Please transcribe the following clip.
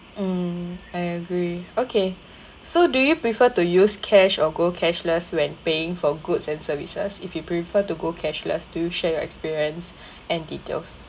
mm I agree okay so do you prefer to use cash or go cashless when paying for goods and services if you prefer to go cashless do you share your experience and details